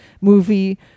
movie